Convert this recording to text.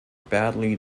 badly